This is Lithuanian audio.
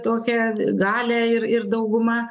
tokią galią ir ir dauguma